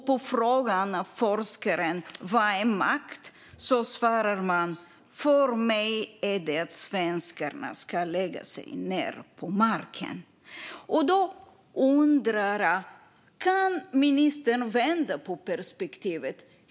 På frågan från forskaren om vad makt är svarar man: För mig är det att svenskarna ska lägga sig ned på marken. Jag undrar om ministern kan vända på perspektivet.